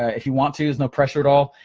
ah if you want to, there's no pressure at all,